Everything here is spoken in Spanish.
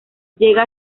llega